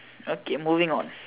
okay moving on